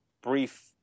brief